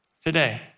today